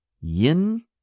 yin